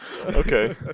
okay